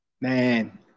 Man